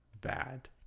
bad